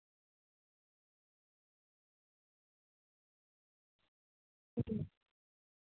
ᱦᱩᱸ